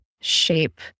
shape